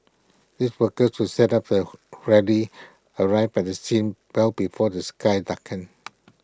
these workers who set up the rally arrive at the scene well before the sky darkens